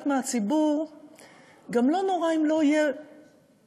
מהציבור גם לא נורא אם לא תהיה דמוקרטיה,